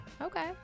Okay